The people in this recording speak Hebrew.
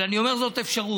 אבל אני אומר שזאת אפשרות.